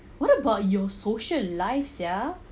what about your social life sia